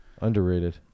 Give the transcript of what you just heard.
Underrated